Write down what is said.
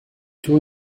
two